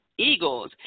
Eagles